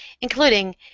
including